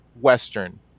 Western